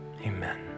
Amen